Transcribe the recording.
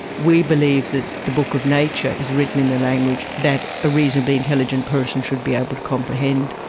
we believe that the book of nature is written in a language that a reasonably intelligent person should be able to comprehend.